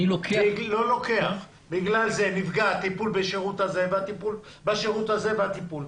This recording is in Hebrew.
נפגע הטיפול בשירות הזה והזה,